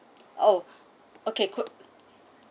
oh okay good